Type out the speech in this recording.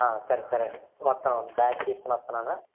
సరే సరేండి వస్తాను ఉండండి బ్యాగ్ తీసుకుని వస్తున్నాను